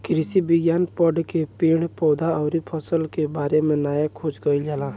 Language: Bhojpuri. कृषि विज्ञान पढ़ के पेड़ पौधा अउरी फसल के बारे में नया खोज कईल जाला